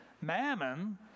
Mammon